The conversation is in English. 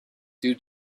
due